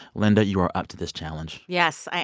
linda, you are up to this challenge yes, i